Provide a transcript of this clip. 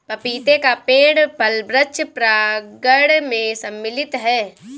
पपीते का पेड़ फल वृक्ष प्रांगण मैं सम्मिलित है